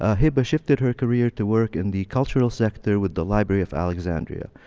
ah heba shifted her career to work in the cultural sector with the library of alexandria,